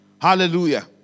Hallelujah